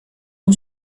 muy